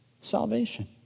salvation